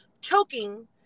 choking